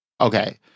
Okay